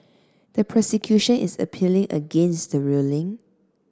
the prosecution is appealing against the ruling